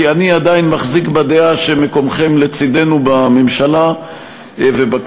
כי אני עדיין מחזיק בדעה שמקומכם לצדנו בממשלה ובקואליציה,